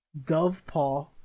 Dovepaw